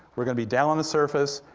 we're gonna be down on the surface,